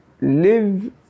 live